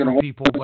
people